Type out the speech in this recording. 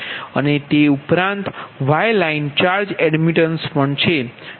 અને તે ઉપરાંત y લાઇન ચાર્જ એડમિટન્સ પણ છે